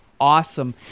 awesome